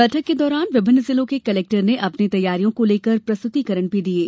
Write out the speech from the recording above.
बैठक के दौरान विभिन्न जिलों के कलेक्टर ने अपनी तैयारियों को लेकर प्रस्तुतिकरण भी दिये